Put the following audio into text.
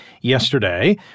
yesterday